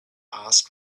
asked